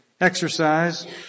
exercise